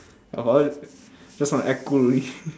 your father just wanna act cool only